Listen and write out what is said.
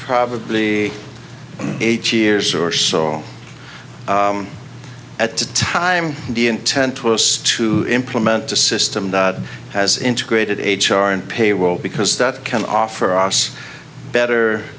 probably eight years or so all at the time the intent was to implement a system that has integrated h r and payroll because that can offer us better